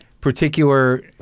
particular